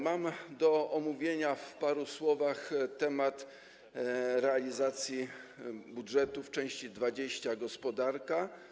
Mam do omówienia w paru słowach temat realizacji budżetu w części 20: Gospodarka.